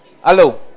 Hello